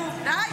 נו, די כבר.